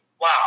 Wow